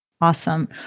Awesome